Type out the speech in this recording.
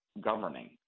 governing